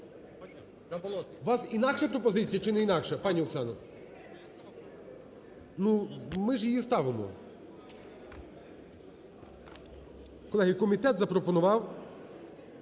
У вас інакша пропозиція чи не інакша, пані Оксано? Ну, ми ж її ставимо. Колеги, комітет запропонував…